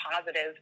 positive